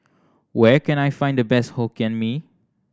where can I find the best Hokkien Mee